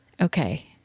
Okay